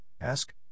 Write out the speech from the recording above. Ask